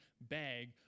bag